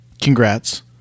congrats